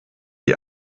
die